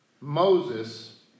Moses